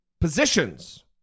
positions